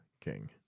King